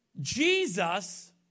Jesus